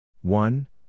one